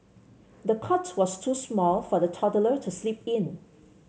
the cot was too small for the toddler to sleep in